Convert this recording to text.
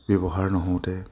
ব্যৱহাৰ নহওঁতে